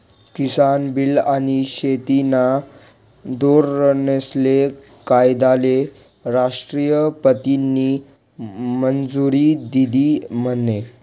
किसान bill आनी शेतीना धोरनेस्ले कायदाले राष्ट्रपतीनी मंजुरी दिधी म्हने?